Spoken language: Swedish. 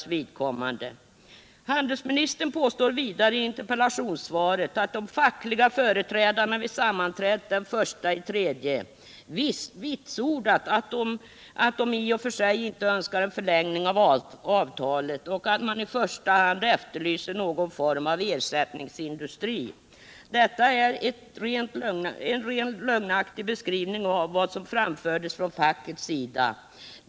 Handelsministern påstår vidare i interpellationssvaret att de fackliga företrädarna vid sammanträdet den 1 mars vitsordat att de i och för sig inte önskaren förlängning av avtalet och att de i första hand efterlyser någon form av ersättningsindustri. Detta är en rent lögnaktig beskrivning av vad som framfördes från fackets sida.